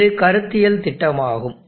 இது கருத்தியல் திட்டமாகும்